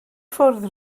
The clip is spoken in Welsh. ffwrdd